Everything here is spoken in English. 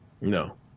No